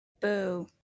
Boo